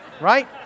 Right